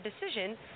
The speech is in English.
decision